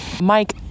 mike